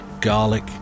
garlic